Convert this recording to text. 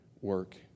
work